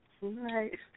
Right